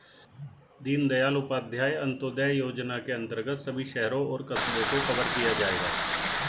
दीनदयाल उपाध्याय अंत्योदय योजना के अंतर्गत सभी शहरों और कस्बों को कवर किया जाएगा